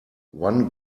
one